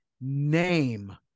name